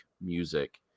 music